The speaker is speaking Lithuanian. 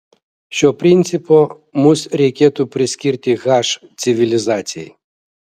šio principo mus reikėtų priskirti h civilizacijai